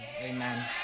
Amen